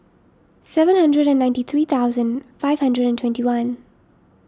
seven hundred and ninety three thousand five hundred and twenty one